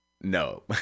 No